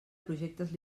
projectes